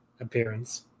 appearance